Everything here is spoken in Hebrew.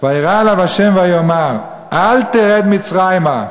וירא אליו ה' ויאמר: אל תרד מצרימה".